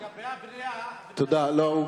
לגבי הבנייה החברים ממפלגת העבודה לא שמעו.